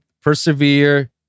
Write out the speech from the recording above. persevere